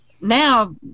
now